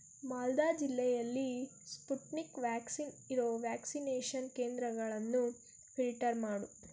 ಮಾಲ್ದಾ ಜಿಲ್ಲೆಯಲ್ಲಿ Sputnik vaccine ಇರೋ vaccination ಕೇಂದ್ರಗಳನ್ನು ಫಿಲ್ಟರ್ ಮಾಡು